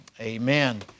amen